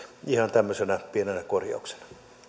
ihan tämmöisenä pienenä korjauksena